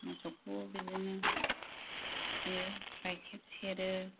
मोसौखौ बिदिनो फियो गायखेर सेरो